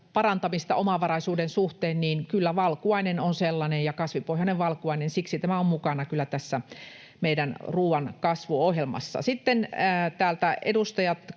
parantamista omavaraisuuden suhteen, niin kyllä kasvipohjainen valkuainen on sellainen. Siksi tämä on kyllä mukana tässä meidän ruoan kasvuohjelmassa. Sitten täältä edustajat